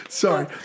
Sorry